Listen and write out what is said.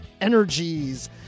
Energies